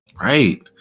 Right